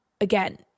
again